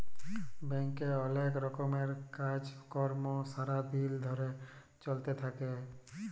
ব্যাংকে অলেক রকমের কাজ কর্ম সারা দিন ধরে চ্যলতে থাক্যে